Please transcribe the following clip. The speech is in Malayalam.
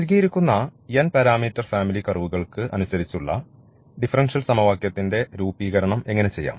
നൽകിയിരിക്കുന്ന n പാരാമീറ്റർ ഫാമിലി കർവുകൾക്ക് അനുസരിച്ചുള്ള ഡിഫറൻഷ്യൽ സമവാക്യത്തിന്റെ രൂപീകരണം എങ്ങനെ ചെയ്യാം